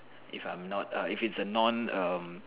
if I'm not err if it's a non um